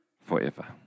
forever